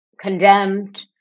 condemned